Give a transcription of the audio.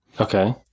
Okay